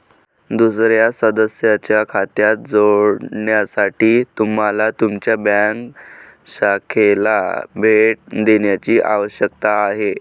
दुसर्या सदस्याच्या खात्यात जोडण्यासाठी तुम्हाला तुमच्या बँक शाखेला भेट देण्याची आवश्यकता आहे